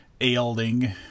ailing